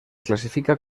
classifica